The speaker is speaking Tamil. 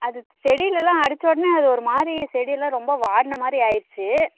அது செடிலெலாம் அடித்த ஒடனே அது ஒரு மாதிரி செடியெல்லாம் ரொம்ப வாடின மாதிரி ஆயிடுச்சு